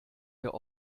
der